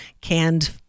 canned